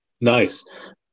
Nice